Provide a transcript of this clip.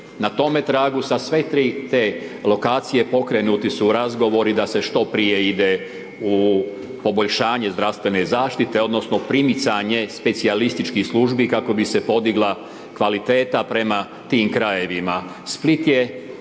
na tome tragu za sve tri te lokacije pokrenuti su razgovori da se što prije ide u poboljšanje zdravstven zaštite odnosno primicanje specijalističkih službi kako bi se podigla kvaliteta prema tim krajevima.